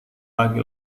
laki